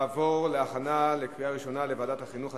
תעבור להכנה לקריאה ראשונה בוועדת החינוך,